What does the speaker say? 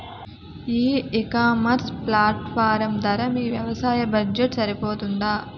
ఈ ecommerce platform ధర మీ వ్యవసాయ బడ్జెట్ సరిపోతుందా?